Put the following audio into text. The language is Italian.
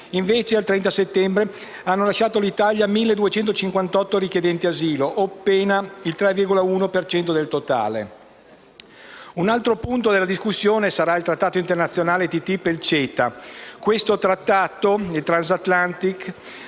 Invece, al 30 settembre, hanno lasciato l'Italia 1.258 richiedenti asilo, appena il 3,1 per cento del totale. Altro punto della discussione saranno i trattati internazionali TTIP e CETA. Il Trattato transatlantico